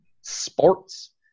sports